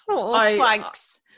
thanks